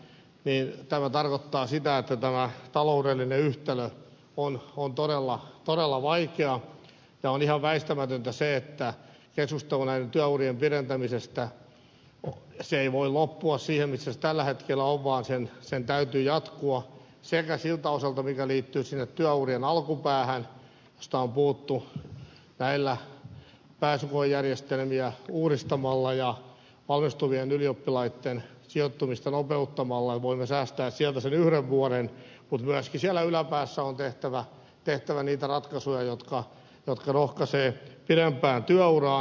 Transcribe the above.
tämä tarkoittaa sitä että tämä taloudellinen yhtälö on todella vaikea ja on ihan väistämätöntä se että keskustelu näiden työurien pidentämisestä ei voi loppua siihen missä se tällä hetkellä on vaan sen täytyy jatkua ensinnäkin siltä osalta mikä liittyy sinne työurien alkupäähän ja mistä on puhuttu pääsykoejärjestelmiä uudistamalla ja valmistuvien ylioppilaitten sijoittumista nopeuttamalla voimme säästää sieltä sen yhden vuoden mutta myöskin siellä yläpäässä on tehtävä niitä ratkaisuja jotka rohkaisevat pidempään työuraan